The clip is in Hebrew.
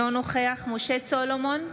אינו נוכח משה סולומון,